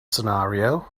scenario